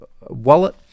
wallet